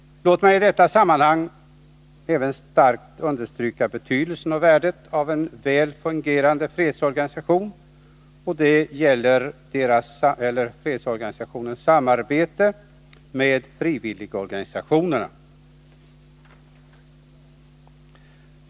Låt mig i detta sammanhang även starkt understryka betydelsen och värdet av ett väl fungerande samarbete mellan fredsförbanden och frivilligorganisationerna.